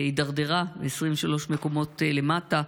הידרדרה 23 מקומות למטה.